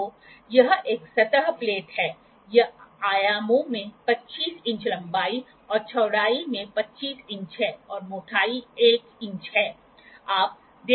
तो यह एक सतह प्लेट है यह आयामों में 15 इंच लंबाई और चौड़ाई में 15 इंच है और मोटाई 1 इंच है